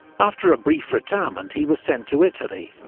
after a brief retirement, he was sent to italy,